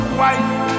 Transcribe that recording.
white